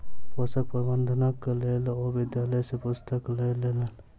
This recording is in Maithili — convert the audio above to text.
पोषक प्रबंधनक लेल ओ विद्यालय सॅ पुस्तक लय लेलैन